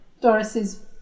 Doris's